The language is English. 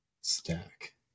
stack